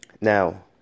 Now